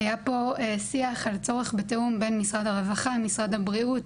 היה פה שיח על צורך בתיאום בין משרד הרווחה למשרד הבריאות